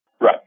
Right